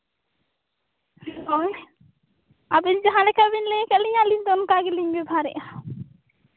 ᱦᱳᱭ ᱟᱹᱵᱤᱱ ᱡᱟᱦᱟᱸ ᱞᱮᱠᱟ ᱵᱤᱱ ᱞᱟᱹᱭ ᱟᱠᱟᱫ ᱞᱤᱧᱟ ᱟᱹᱞᱤᱧ ᱫᱚ ᱚᱱᱠᱟ ᱜᱮᱞᱤᱧ ᱵᱮᱵᱷᱟᱨᱮᱫᱼᱟ